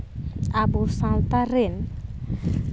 ᱟᱵᱚ ᱥᱟᱶᱛᱟ ᱨᱮᱱ